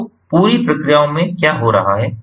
तो पूरी प्रक्रियाओं में क्या हो रहा है